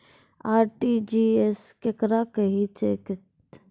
RTGS केकरा कहैत अछि?